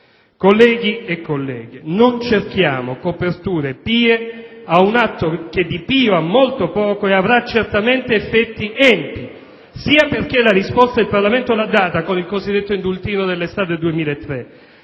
Colleghi e colleghe, non cerchiamo coperture pie ad un atto che di pio ha molto poco e che avrà certamente effetti empi, sia perché la risposta il Parlamento l'ha data con il cosiddetto indultino dell'estate 2003,